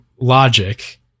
logic